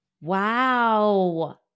Wow